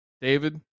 David